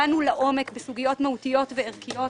דנו לעומק בסוגיות מהותיות וערכיות.